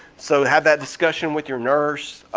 so have that discussion with your nurse.